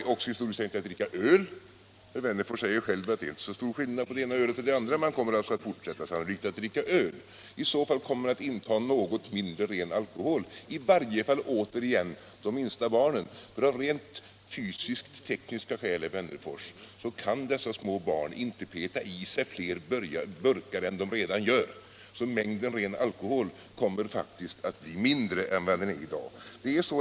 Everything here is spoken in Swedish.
Sannolikt kommer man också att i stor utsträckning fortsätta att dricka öl, och herr Wennerfors säger själv att det inte är så stor skillnad mellan det ena ölet och det andra. I så fall kommer man att inta en något mindre mängd ren alkohol, i varje fall gäller det de minsta barnen. Av rent fysisk-tekniska skäl, herr Wennerfors, kan dessa små barn inte hälla i sig fler burkar öl än de redan gör. Så mängden ren alkohol kommer Nr 117 väl faktiskt att bli mindre än vad den är i dag. Så enkelt är det.